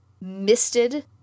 misted